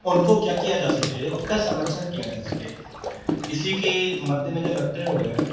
उनको क्या किया जा सके उनका संरक्षण किया जा सके इसी के मद्दे नज़र रखते हुए